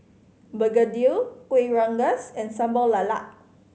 begedil Kueh Rengas and Sambal Lala